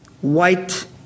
white